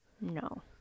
no